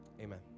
Amen